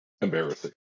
embarrassing